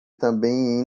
também